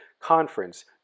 Conference